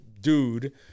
dude